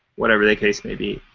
whatever the case may be.